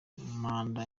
manda